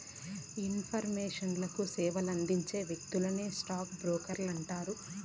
ఇన్వెస్టర్లకు సేవలందించే వ్యక్తులే స్టాక్ బ్రోకర్లంటే